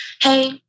hey